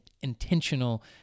intentional